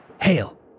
Hail